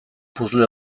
puzzle